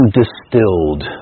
distilled